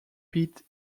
pete